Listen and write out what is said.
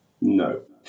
No